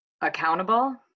accountable